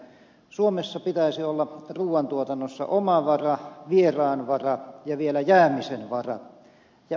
suomessa pitäisi olla ruuan tuotannossa omavara vieraanvara ja vielä jäämisen vara